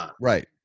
right